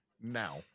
Now